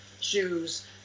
shoes